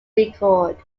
record